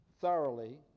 thoroughly